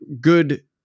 good